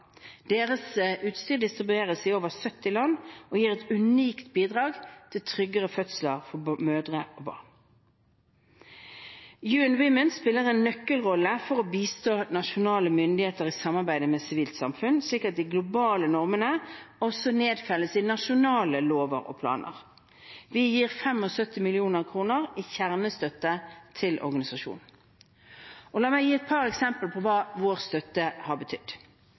og gir et unikt bidrag til tryggere fødsler for mødre og barn. UN Women spiller en nøkkelrolle for å bistå nasjonale myndigheter i samarbeid med sivilt samfunn, slik at de globale normene også nedfelles i nasjonale lover og planer. Vi gir 75 mill. kr i kjernestøtte til organisasjonen. La meg gi et par eksempler på hva vår støtte har betydd: